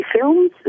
films